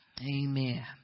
Amen